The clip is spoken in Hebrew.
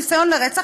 ניסיון לרצח,